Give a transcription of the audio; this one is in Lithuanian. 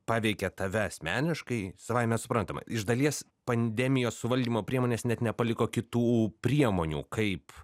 paveikia tave asmeniškai savaime suprantama iš dalies pandemijos suvaldymo priemonės net nepaliko kitų priemonių kaip